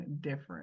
different